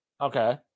Okay